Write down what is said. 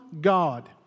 God